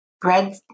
Bread